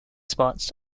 spots